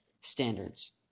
standards